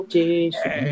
Jesus